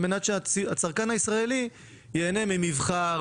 על מנת שהצרכן הישראלי ייהנה ממבחר,